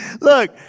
Look